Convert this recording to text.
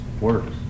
works